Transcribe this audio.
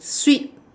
sweet